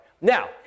Now